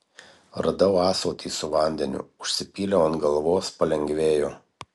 radau ąsotį su vandeniu užsipyliau ant galvos palengvėjo